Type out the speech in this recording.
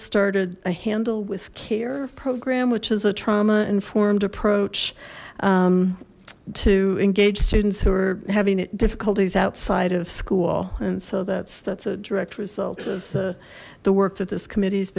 started a handle with care program which is a trauma informed approach to engage students who are having difficulties outside of school and so that's that's a direct result of the work that this committees